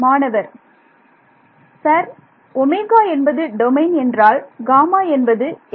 மாணவர் சார் Ω என்பது டொமைன் என்றால் Γ என்பது என்ன